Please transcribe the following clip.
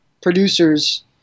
producers